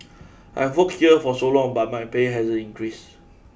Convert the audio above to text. I've worked here for so long but my pay hasn't increased